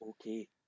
okay